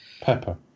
Pepper